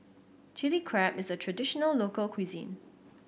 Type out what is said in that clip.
Chilli Crab is a traditional local cuisine